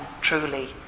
truly